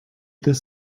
this